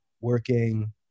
working